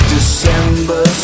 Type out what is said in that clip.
December